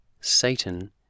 Satan